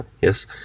yes